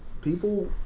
People